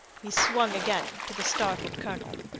he swung again to the startled colonel.